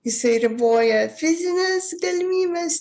jisai riboja fizines galimybes